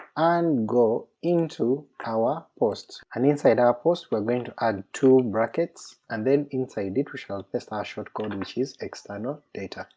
and go into our posts. and inside our post we're going to add two brackets and then inside it we shall paste our short code which is external data.